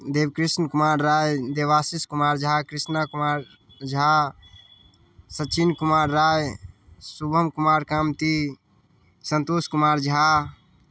Devkrishna Kumar Rai Devashish Kumar Jha Krishna Kumar Jha Sachin Kumar Rai Shubham Kumar Kamti Santosh Kumar Jha